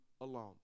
alone